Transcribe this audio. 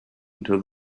until